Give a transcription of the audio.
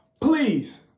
please